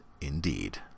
indeed